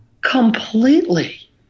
Completely